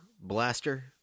blaster